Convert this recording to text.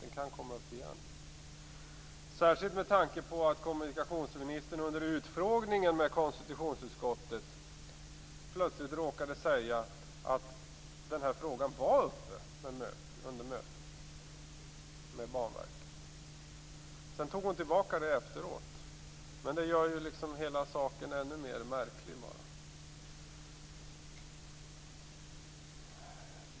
Den kan komma upp igen - särskilt med tanke på att kommunikationsministern under utfrågningen med konstitutionsutskottet plötsligt råkade säga att frågan var uppe under mötet med Banverket. Sedan tog hon tillbaka det efteråt, men det gör ju bara hela saken ännu mer märklig.